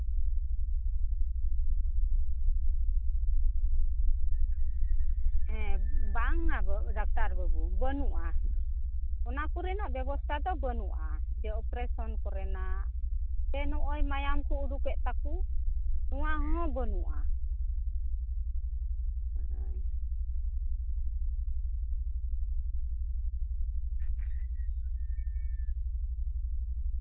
ᱦᱮᱸ ᱵᱟᱝ ᱟᱫᱚ ᱰᱟᱠᱛᱟᱨ ᱵᱟᱹᱵᱩ ᱵᱟᱹᱱᱩᱜᱼᱟ ᱚᱱᱟ ᱠᱚᱨᱮᱱᱟᱜ ᱵᱮᱵᱚᱥᱛᱟ ᱫᱚ ᱵᱟᱹᱱᱩᱜᱼᱟ ᱥᱮ ᱚᱯᱟᱨᱮᱥᱚᱱ ᱠᱚᱨᱮᱱᱟᱜ ᱥᱮ ᱱᱚᱜᱼᱚᱭ ᱢᱟᱭᱟᱢ ᱠᱚ ᱩᱰᱩᱠᱮᱫ ᱛᱟᱠᱚ ᱱᱚᱣᱟ ᱦᱚᱸ ᱵᱟᱹᱱᱩᱜᱼᱟ ᱦᱮᱸ